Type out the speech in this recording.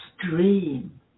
stream